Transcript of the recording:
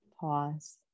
pause